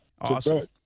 Awesome